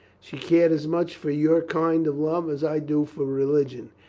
she cared as much for your kind of love as i do for religion.